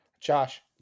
Josh